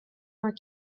her